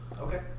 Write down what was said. Okay